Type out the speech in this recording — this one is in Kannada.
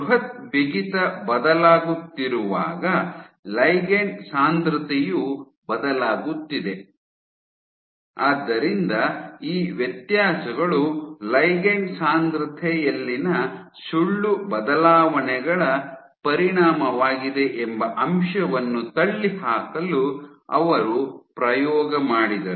ಬೃಹತ್ ಬಿಗಿತ ಬದಲಾಗುತ್ತಿರುವಾಗ ಲಿಗಂಡ್ ಸಾಂದ್ರತೆಯೂ ಬದಲಾಗುತ್ತಿದೆ ಆದ್ದರಿಂದ ಈ ವ್ಯತ್ಯಾಸಗಳು ಲಿಗಂಡ್ ಸಾಂದ್ರತೆಯಲ್ಲಿನ ಸುಳ್ಳು ಬದಲಾವಣೆಗಳ ಪರಿಣಾಮವಾಗಿದೆ ಎಂಬ ಅಂಶವನ್ನು ತಳ್ಳಿಹಾಕಲು ಅವರು ಪ್ರಯೋಗ ಮಾಡಿದರು